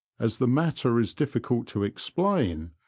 as the matter is difficult to explain,